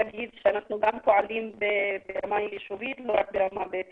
פועלים בכמה ישובים ברמה בית ספרית.